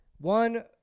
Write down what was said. One